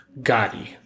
Gotti